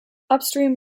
upstream